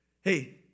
hey